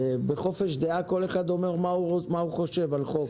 ובחופש דעה כל אחד אומר מה הוא חושב על חוק.